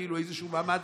כאילו איזה מעמד-על.